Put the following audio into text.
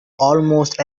almost